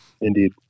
Indeed